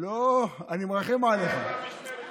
זה במשמרת שלכם.